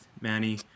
Manny